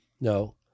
no